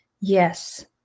yes